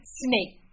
snake